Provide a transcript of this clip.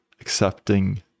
accepting